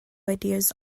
ideas